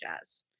jazz